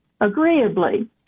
agreeably